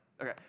Okay